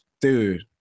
Dude